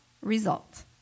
result